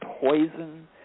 poison